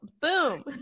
Boom